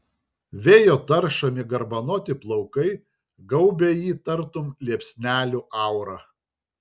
vėjo taršomi garbanoti plaukai gaubia jį tartum liepsnelių aura